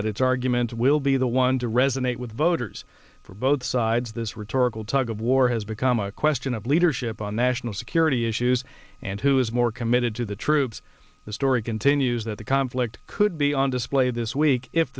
that its arguments will be the one to resonate with voters for both sides this rhetorical tug of war has become a question of leadership on the national security issues and who is more committed to the troops the story continues that the conflict could be on display this week if